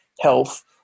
health